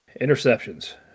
Interceptions